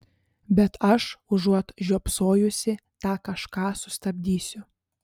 bet aš užuot žiopsojusi tą kažką sustabdysiu